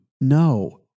no